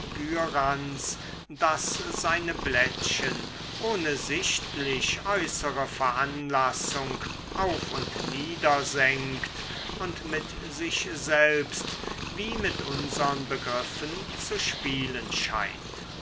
das seine blättchen ohne sichtlich äußere veranlassung auf und nieder senkt und mit sich selbst wie mit unsern begriffen zu spielen scheint